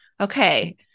okay